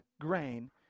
grain